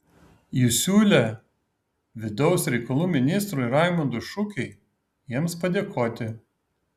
ji siūlė vidaus reikalų ministrui raimundui šukiui jiems padėkoti